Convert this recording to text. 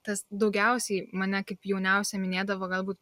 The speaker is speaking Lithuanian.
tas daugiausiai mane kaip jauniausią minėdavo galbūt